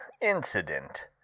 incident